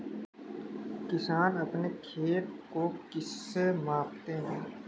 किसान अपने खेत को किससे मापते हैं?